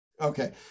Okay